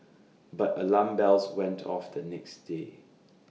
but alarm bells went off the next day